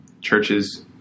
churches